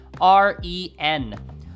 R-E-N